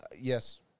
yes